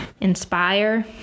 inspire